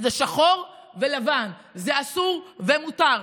זה שחור ולבן, זה אסור ומותר.